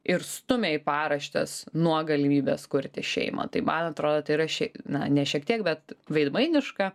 ir stumia į paraštes nuo galimybės kurti šeimą tai man atrodo tai yra ši na ne šiek tiek bet veidmainiška